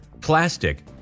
plastic